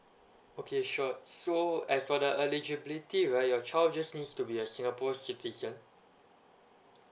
okay sure so as for the eligibility right your child just needs to be a singapore citizen